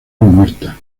muerta